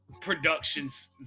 productions